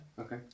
Okay